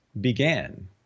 began